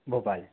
Bhopal